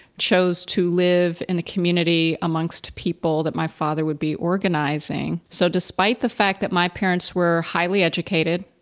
chose to live in a community amongst people that my father would be organizing. so, despite the fact that my parents were highly educated,